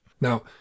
now